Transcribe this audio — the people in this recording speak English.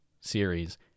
series